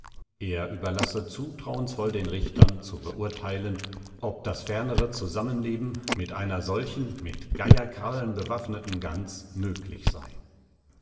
er überlasse zutrauensvoll den richtern zu beurteilen ob das fernere zusammenleben mit einer solchen mit geierkrallen bewaffneten gans möglich sei